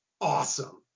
awesome